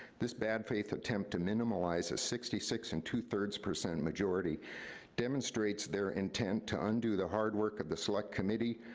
this bad faith attempt to minimalize a sixty six and two-thirds percent majority demonstrates their intent to undue the hard work of the select committee,